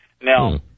Now